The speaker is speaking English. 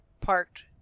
parked